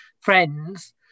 friends